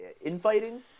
infighting